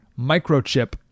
microchip